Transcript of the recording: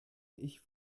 ich